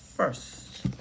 first